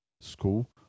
school